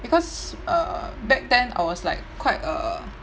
because err back then I was like quite a